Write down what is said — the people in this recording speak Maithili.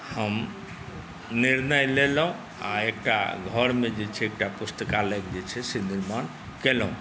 हम निर्णय लेलहुँ आ एकटा घरमे जे छै एकटा पुस्तकालयक जे छै से निर्माण केलहुँ